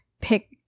pick